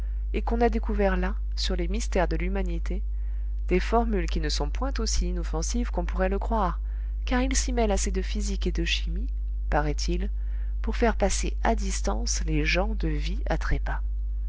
et qu'on a découvert là sur les mystères de l'humanité des formules qui ne sont point aussi inoffensives qu'on pourrait le croire car il s'y mêle assez de physique et de chimie paraît-il pour faire passer à distance les gens de vie à